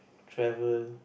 travel